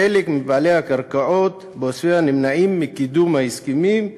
חלק מבעלי הקרקעות בעוספיא נמנעים מקידום ההסכמים,